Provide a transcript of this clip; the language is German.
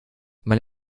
mein